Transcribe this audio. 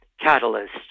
catalyst